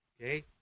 Okay